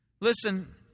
Listen